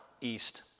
east